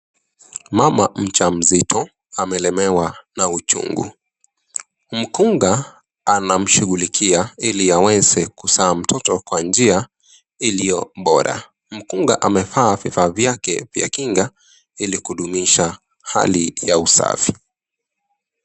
Mama mjamzito amelemewa na uchungu, mkunga anamshughulikia ili aweze kuzaa mtoto kwa njia iliyo bora. Mkunga amevaa vifaa vyake vya kinga ili kudumisha hali ya usafi.